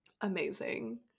Amazing